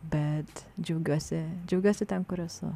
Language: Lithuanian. bet džiaugiuosi džiaugiuosi ten kur esu